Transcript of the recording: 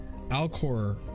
Alcor